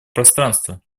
пространства